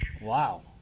Wow